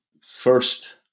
first